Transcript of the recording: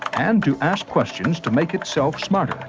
and to ask questions to make itself smarter.